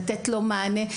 לתת לו מענה.